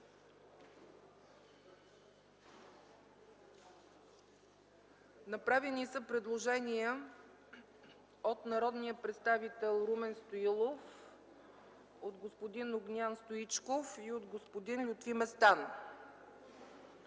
Направени са предложения от народния представител Румен Стоилов, от господин Огнян Стоичков и от господин Лютви Местан.